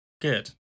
Good